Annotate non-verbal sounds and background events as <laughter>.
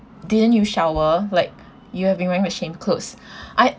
didn't you shower like you have been wearing the same clothes <breath> I